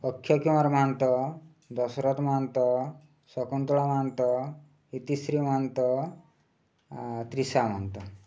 Akshay Kumar Mohanta Dasharath Mohanta Shakuntala Mohanta Itishree Mohanta Trisha Mahanta